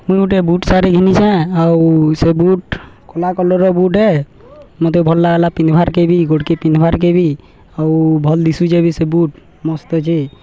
ମୁଁ ଗୋଟେ ବୁଟ୍ ଶାଢ଼ୀ ଘିଣିଛେଁ ଆଉ ସେ ବୁଟ୍ କଳା କଲର୍ ବୁଟେ ମତେ ଭଲ ଲାଗିଲା ପିନ୍ଧବାର୍ କିବି ଗୋଡ଼୍କେ ପିନ୍ଧବାର୍ କେବି ଆଉ ଭଲ୍ ଦିଶୁଛେ ବି ସେ ବୁଟ୍ ମସ୍ତ ଅଛି